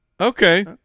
Okay